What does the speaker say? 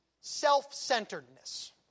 self-centeredness